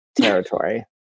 territory